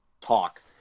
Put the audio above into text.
talk